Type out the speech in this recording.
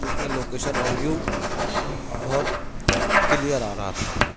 تو اس میں لوکیشن اور ویو بہت کلیئر آ رہا تھا